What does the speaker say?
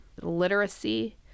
literacy